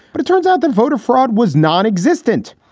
but it turns out that voter fraud was nonexistent.